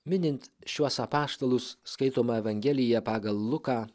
minint šiuos apaštalus skaitoma evangelija pagal luką